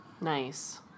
Nice